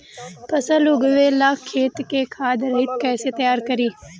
फसल उगवे ला खेत के खाद रहित कैसे तैयार करी?